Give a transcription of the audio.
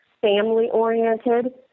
family-oriented